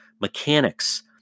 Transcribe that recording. mechanics